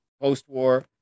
post-war